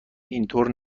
اینطور